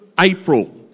April